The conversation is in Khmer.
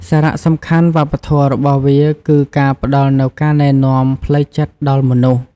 សារៈសំខាន់វប្បធម៌របស់វាគឺការផ្តល់នូវការណែនាំផ្លូវចិត្តដល់មនុស្ស។